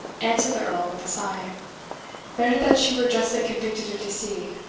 answered the earl with a sigh better that she were justly convicted of deceit,